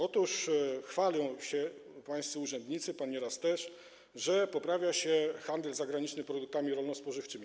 Otóż chwalą się pańscy urzędnicy, pan nieraz też, że poprawia się handel zagraniczny produktami rolno-spożywczymi.